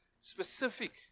specific